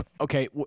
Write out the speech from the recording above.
Okay